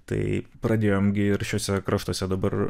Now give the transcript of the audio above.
tai pradėjom gi ir šiuose kraštuose dabar